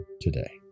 today